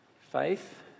faith